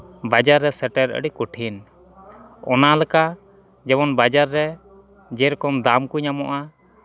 ᱵᱟᱡᱟᱨ ᱨᱮ ᱥᱮᱴᱮᱨ ᱟᱹᱰᱤ ᱠᱚᱴᱷᱤᱱ ᱚᱱᱟ ᱞᱮᱠᱟ ᱡᱮᱢᱚᱱ ᱵᱟᱡᱟᱨ ᱨᱮ ᱡᱮᱨᱚᱠᱚᱢ ᱫᱟᱢ ᱠᱚ ᱧᱟᱢᱚᱜᱼᱟ